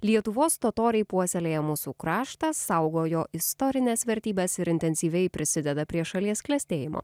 lietuvos totoriai puoselėja mūsų kraštą saugojo istorines vertybes ir intensyviai prisideda prie šalies klestėjimo